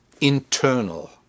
internal